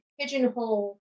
pigeonhole